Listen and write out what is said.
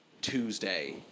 Tuesday